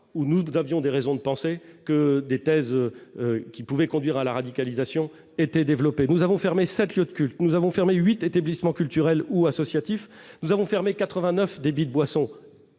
où nous avions des raisons de penser que des thèses qui pouvait conduire à la radicalisation était développé, nous avons fermé 7 lieux de culte, nous avons fermé 8 établissements culturels ou associatifs, nous avons fermé 89 débits de boissons